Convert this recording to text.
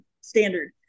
standard